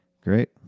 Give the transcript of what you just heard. great